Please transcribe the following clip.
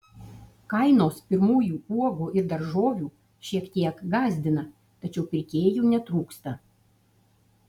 kainos pirmųjų uogų ir daržovių šiek tiek gąsdina tačiau pirkėjų netrūksta